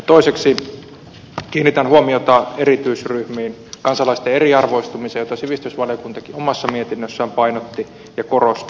toiseksi kiinnitän huomiota erityisryhmiin kansalaisten eriarvoistumiseen jota sivistysvaliokuntakin omassa mietinnössään painotti ja korosti